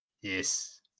Yes